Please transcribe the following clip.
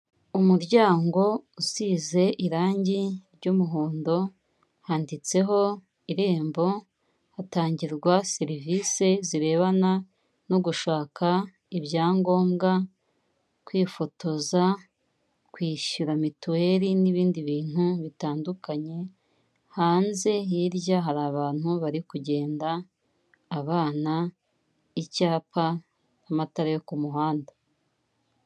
Umuryango usize irangi ry'umuhondo, handitseho Irembo hatangirwa serivisi zirebana no gushaka ibyangombwa, kwifotoza, kwishyura mituweli n'ibindi bintu bitandukanye, hanze hirya hari abantu bari kugenda, abana, icyapa n'amatara yo ku muhanda.